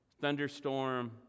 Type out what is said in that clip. thunderstorm